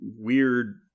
weird